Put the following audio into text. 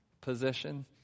position